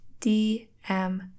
DM